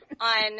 on